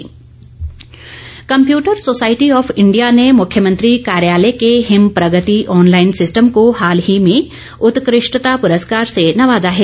पुरस्कार computer society of India ने मुख्यमंत्री कार्यालय के हिम प्रगति ऑनलाईन सिस्टम को हाल ही में उत्कृष्टता पुरस्कार से नवाजा है